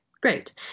Great